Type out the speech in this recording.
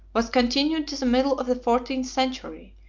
was continued to the middle of the fourteenth century,